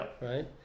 right